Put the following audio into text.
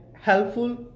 helpful